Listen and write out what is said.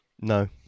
No